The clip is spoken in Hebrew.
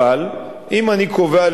אבל אם אני קובע,